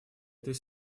этой